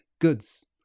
goods